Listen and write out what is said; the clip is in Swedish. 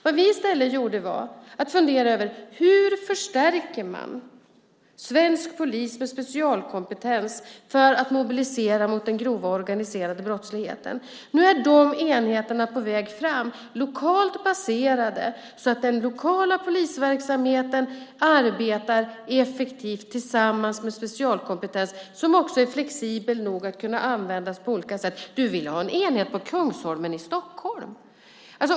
Vad vi i stället gjort är att vi har funderat över hur man förstärker svensk polis med specialkompetens för att mobilisera mot den grova organiserade brottsligheten. Nu är de enheterna på väg fram, lokalt baserade så att man i den lokala polisverksamheten arbetar effektivt tillsammans med specialkompetensen, som också är flexibel nog att kunna användas på olika sätt. Du vill ha en enhet på Kungsholmen i Stockholm.